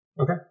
okay